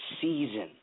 season